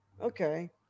Okay